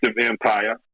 Empire